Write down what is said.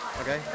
Okay